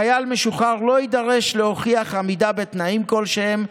חייל משוחרר לא יידרש להוכיח עמידה בתנאים כלשהם,